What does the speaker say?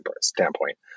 standpoint